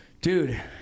Dude